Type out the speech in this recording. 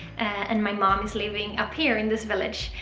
and my mom is living up here in this village,